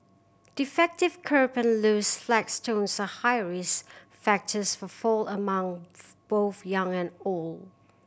defective kerb and loose flagstones are high risk factors for fall among both young and old